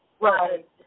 right